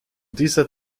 dieser